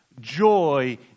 joy